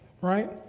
Right